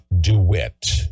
DeWitt